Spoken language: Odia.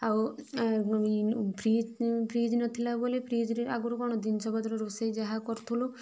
ଆଉ ଫ୍ରିଜ୍ ନଥିଲା ବୋଲି ଫ୍ରିଜ୍ରେ ଆଗରୁ କଣ ଜିନିଷ ପତ୍ର ରୋଷେଇ ଯାହା କରୁଥିଲୁ